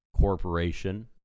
corporation